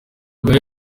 bwa